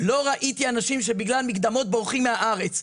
לא ראיתי אנשים שבגלל מקדמות בורחים מהארץ.